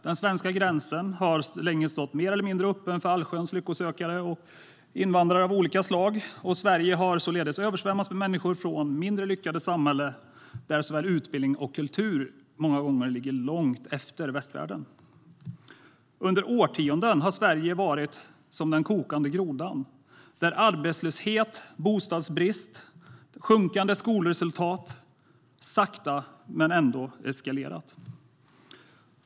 Den svenska gränsen har länge stått mer eller mindre öppen för allsköns lycksökare och invandrare av olika slag. Sverige har således översvämmats av människor från mindre lyckade samhällen där såväl utbildning som kultur många gånger ligger långt efter västvärlden. Under årtionden har Sverige varit som den kokande grodan där arbetslöshet, bostadsbrist och sjunkande skolresultat sakta men ändå eskalerat.